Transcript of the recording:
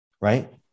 right